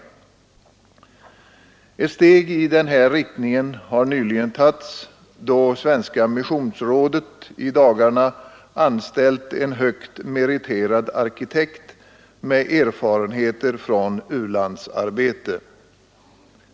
Ett steg i den här riktningen har nyligen tagits då Svenska missionsrådet i dagarna anställt en högt meriterad arkitekt med erfarenheter från u-landsarbete.